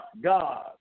God